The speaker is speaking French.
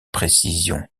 précision